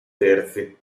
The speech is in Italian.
terzi